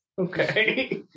Okay